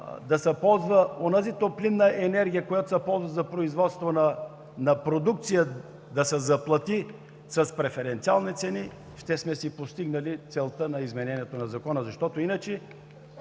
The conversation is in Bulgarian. да се ползва онази топлинна енергия, която се ползва за производство на продукция – да се заплати с преференциални цени, ще сме си постигнали целта на изменението на Закона. Делата,